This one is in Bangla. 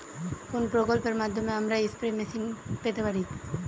কোন প্রকল্পের মাধ্যমে আমরা স্প্রে মেশিন পেতে পারি?